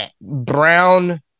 Brown